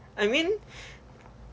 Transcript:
I mean